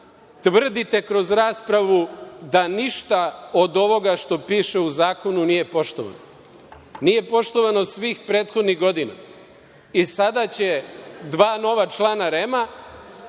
tvrdite kroz raspravu da ništa od ovoga što piše u zakonu nije poštovano. Nije poštovano svih prethodnih godina i sada će dva nova člana REM-a